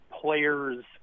players